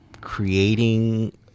creating